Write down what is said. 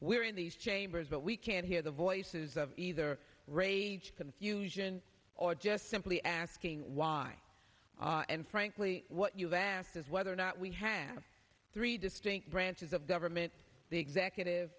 we're in these chambers but we can't hear the voices of either rage confusion or just simply asking why and frankly what you've asked is whether or not we have three distinct branches of government the executive